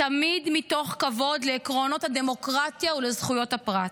תמיד מתוך כבוד לעקרונות הדמוקרטיה ולזכויות הפרט.